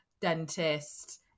dentist